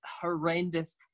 horrendous